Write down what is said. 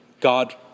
God